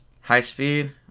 high-speed